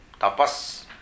tapas